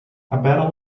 about